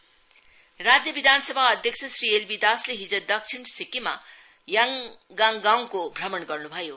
speaker visit राज्य विधानसभा अध्यक्ष श्री एलबी दासले हिज दक्षिण सिक्किममा लाङगाङ गाउँको भ्रमण गर्न् भयो